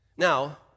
Now